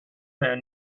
man